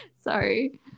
Sorry